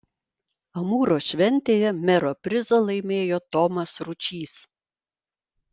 amūro šventėje mero prizą laimėjo tomas ručys